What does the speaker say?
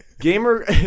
Gamer